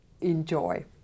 enjoy